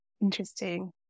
Interesting